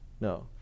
No